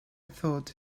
thought